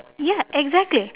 ya exactly